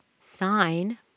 sign